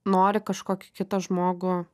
nori kažkokį kitą žmogų